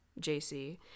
JC